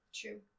True